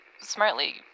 smartly